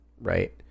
Right